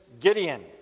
Gideon